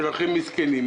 של הכי מסכנים.